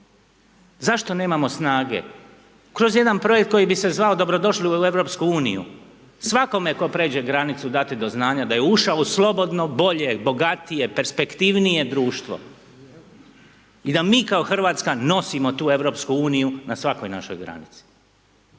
Zašto nemamo snage kroz jedan projekt koji bi se zvao dobrodošli u EU, svakome ko pređe granicu dati do znanja da je ušao u slobodno, bolje, bogatije, perspektivnije društvo i da mi kao Hrvatska nosimo tu EU na svakoj našoj granici.